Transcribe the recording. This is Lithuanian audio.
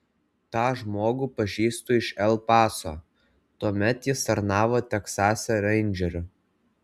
tą žmogų pažįstu iš el paso tuomet jis tarnavo teksase reindžeriu